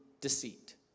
deceit